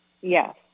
Yes